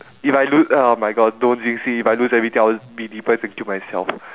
if I lose oh my god don't jinx it if I lose everything I'll be depress and kill myself